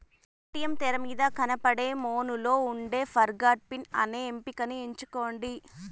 ATM తెరమీద కనబడే మెనూలో ఉండే ఫర్గొట్ పిన్ అనే ఎంపికని ఎంచుకోండి